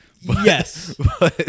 Yes